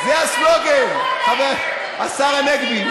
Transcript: זה הסלוגן, השר הנגבי.